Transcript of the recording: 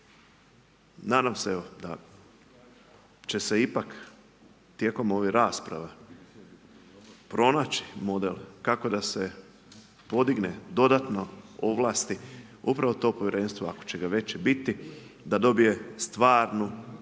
Nadam se evo da će se ipak tijekom ovih rasprava pronaći model kako da se podigne dodatno ovlasti upravo to povjerenstvo ako će ga već biti da dobije stvarnu